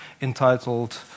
entitled